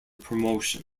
promotion